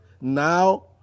now